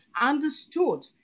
understood